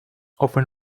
often